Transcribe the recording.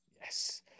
Yes